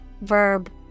verb